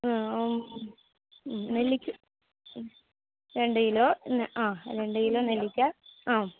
മ്മ് മ്മ് നെല്ലിക്ക മ്മ് രണ്ട് കിലോ മ്മ് ആ രണ്ട് കിലോ നെല്ലിക്ക ആ